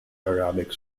arabic